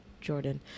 Jordan